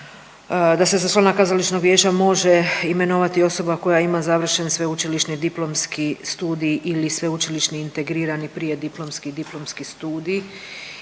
da se za člana kazališnog vijeća može imenovati osoba koja ima završen sveučilišni diplomski studij ili sveučilišni integrirani prijediplomski i diplomski studij